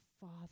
father